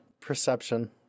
Perception